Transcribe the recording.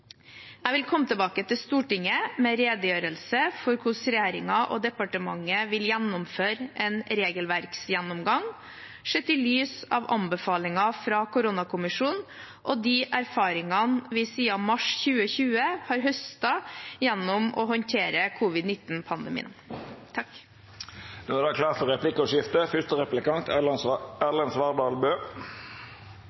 Jeg vil komme tilbake til Stortinget med redegjørelse for hvordan regjeringen og departementet vil gjennomføre en regelverksgjennomgang sett i lys av anbefalinger fra koronakommisjonen og de erfaringene vi siden mars 2020 har høstet gjennom håndtering av covid-19-pandemien. Det er klart for replikkordskifte. Koronakommisjonen ble satt ned i april 2020 og leverte sin første